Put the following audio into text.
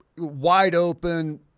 Wide-open